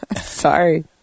Sorry